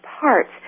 parts